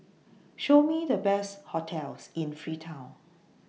Show Me The Best hotels in Freetown